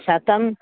शतम्